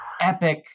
epic